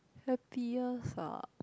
happiest ah